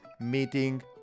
meeting